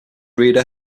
reader